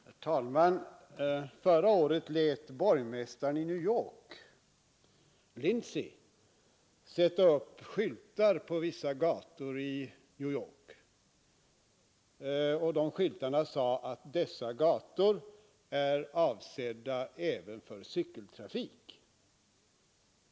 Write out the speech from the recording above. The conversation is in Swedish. Herr talman! Förra året lät borgmästaren i New York, John Lindsay, sätta upp skyltar på vissa gator om att dessa gator är avsedda även för cykeltrafik.